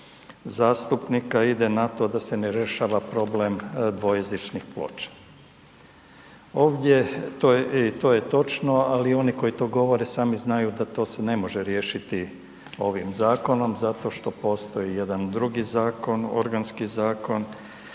zastupnika ide na to da se ne rješava problem dvojezičnih ploča. Ovdje to, i to je točno, ali oni koji to govore sami znaju da to se ne može riješiti ovim zakonom zato što postoji jedan drugi zakon, organski Zakon